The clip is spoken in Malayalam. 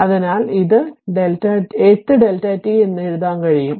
അതിനാൽ ഇതിന് ഇത് 8 Δ t എഴുതാൻ കഴിയും